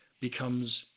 becomes